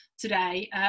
Today